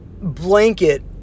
blanket